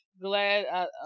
Glad